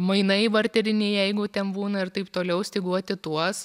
mainai barteriniai jeigu ten būna ir taip toliau styguoti tuos